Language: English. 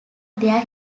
their